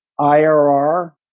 IRR